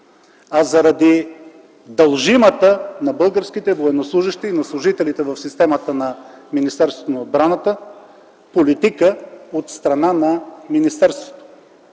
а заради дължимата на българските военнослужещи и на служителите в системата на Министерството на отбраната политика от страна на министерството,